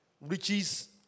Riches